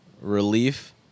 relief